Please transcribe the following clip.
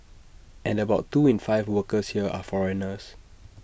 and about two in five workers here are foreigners